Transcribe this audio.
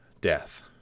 death